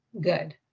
good